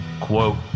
Quote